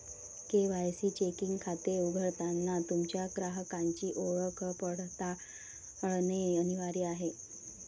KYC checking खाते उघडताना तुमच्या ग्राहकाची ओळख पडताळणे अनिवार्य आहे